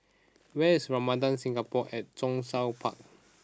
where is Ramada Singapore at Zhongshan Park